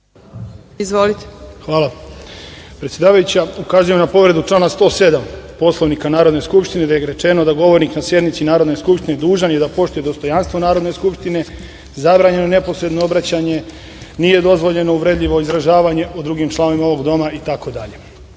Đokić** Hvala. Predsedavajuća, ukazujem na povredu člana 107. Poslovnika Narodne skupštine, gde je rečeno da govornik na sednici Narodne skupštine dužan i da poštuje dostojanstvo Narodne skupštine, zabranjeno neposredno obraćanje, nije dozvoljeno uvredljivo izražavanje o drugim članovima ovog doma itd. Ja